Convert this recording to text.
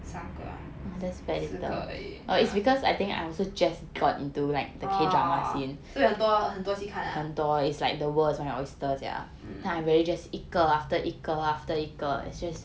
三个 ah 四个而已 oh so 有很多很多戏看 ah mm